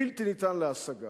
בלתי ניתן להשגה.